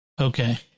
Okay